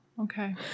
Okay